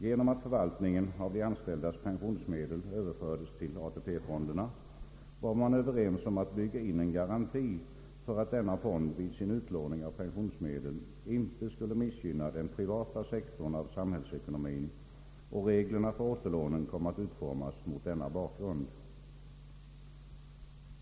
Genom att förvaltningen av de anställdas pensionsmedel överfördes till ATP-fonderna var man överens om att bygga in en garanti för att de fonderna vid sin utlåning av pensionsmedel inte skulle missgynna den privata sektorn av samhällsekonomin, och reglerna för återlånen kom att utformas mot denna bakgrund.